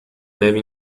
neve